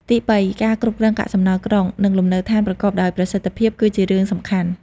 ទីបី ការគ្រប់គ្រងកាកសំណល់ក្រុង និងលំនៅឋានប្រកបដោយប្រសិទ្ធភាព គឺជារឿងសំខាន់។